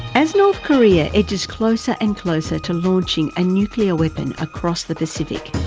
as north korea edges closer and closer to launching a nuclear weapon across the pacific,